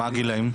מה הגילאים?